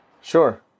sure